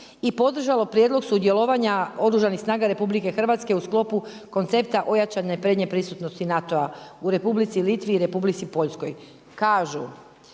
i podržalo prijedlog sudjelovanja Oružanih snaga RH u sklopu koncepta ojačane prednje prisutnosti NATO-a u Republici Litvi i Republici Poljskoj. Kažu,